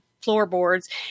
floorboards